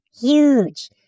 huge